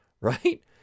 right